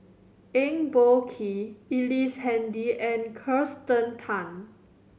Eng Boh Kee Ellice Handy and Kirsten Tan